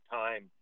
time